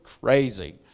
crazy